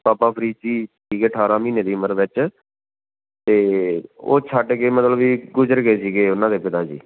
ਬਾਬਾ ਫ਼ਰੀਦ ਜੀ ਸੀਗੇ ਅਠਾਰ੍ਹਾਂ ਮਹੀਨੇ ਦੀ ਉਮਰ ਵਿੱਚ ਅਤੇ ਉਹ ਛੱਡ ਗਏ ਮਤਲਬ ਵੀ ਗੁਜ਼ਰ ਗਏ ਸੀਗੇ ਉਨ੍ਹਾਂ ਦੇ ਪਿਤਾ ਜੀ